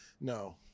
No